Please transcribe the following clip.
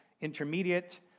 Intermediate